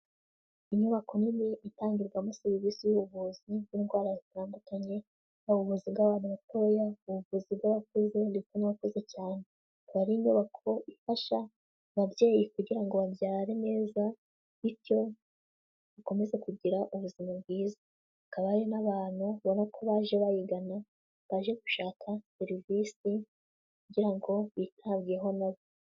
Inyubako nini itangirwamo serivisi z'ubuvuzi n'indwara zitandukanye, ubuvuzi bw'abana batoya ubuvuzi bw'abakuze ndetse n'abakuze cyane, ikaba ari inyubako ifasha ababyeyi kugira ngo babyare neza bityo bakomeze kugira ubuzima bwiza, akaba ari n'abantu ubona ko baje bayigana, baje gushaka serivisi kugira ngo bitabweho na bo.